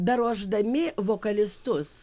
beruošdami vokalistus